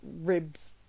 ribs